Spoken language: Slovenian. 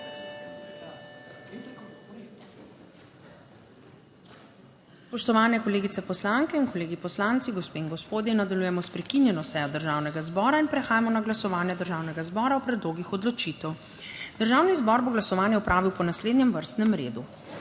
Spoštovane kolegice poslanke in kolegi poslanci, gospe in gospodje, nadaljujemo s prekinjeno sejo Državnega zbora in prehajamo na glasovanje Državnega zbora o predlogih odločitev. Državni zbor bo glasovanje opravil po naslednjem vrstnem redu;